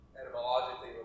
etymologically